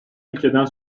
ülkeden